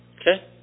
Okay